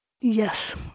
Yes